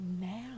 Now